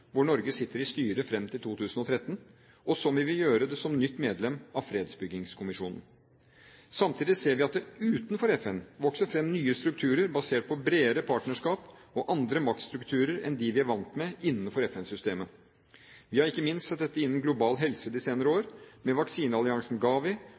hvor Norge sitter i styret fram til 2013, og som vi vil gjøre det som nytt medlem av Fredsbyggingskommisjonen. Samtidig ser vi at det utenfor FN vokser fram nye strukturer basert på bredere partnerskap og andre maktstrukturer enn dem vi er vant med innenfor FN-systemet. Vi har ikke minst sett dette innen global helse de senere